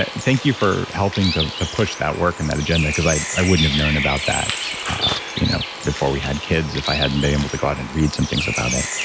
thank you for helping to to push that work and that agenda, because i i wouldn't have known about that you know before we had kids if i hadn't been able to go out and read some things about it.